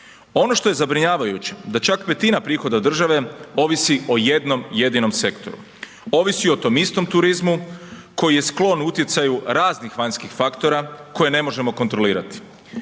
Ono što je zabrinjavajuće da čak petina prihoda države ovisi o jednom jedinom sektoru. Ovisi o tom istom turizmu koji je sklon utjecaju raznih vanjskih faktora koje ne možemo kontrolirati.